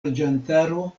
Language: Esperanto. loĝantaro